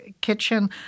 kitchen